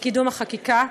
בקידום החקיקה.